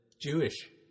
Jewish